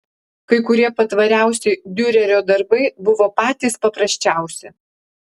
kai kurie patvariausi diurerio darbai buvo patys paprasčiausi